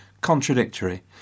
Contradictory